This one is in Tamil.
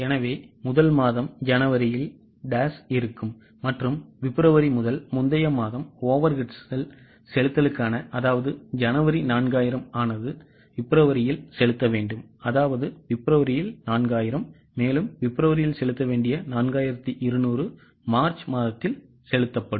எனவே முதல் மாதம் ஜனவரியில் டாஷ் இருக்கும் மற்றும் பிப்ரவரி முதல் முந்தையமாதம்overheadsகள் செலுத்தலுக்கானஅதாவது ஜனவரி4000ஆனது பிப்ரவரியில் செலுத்த வேண்டும்அதாவது பிப்ரவரியில்4000 மேலும் பிப்ரவரியில் செலுத்தப்பட வேண்டிய 4200 மார்ச் மாதத்தில் செலுத்தப்படும்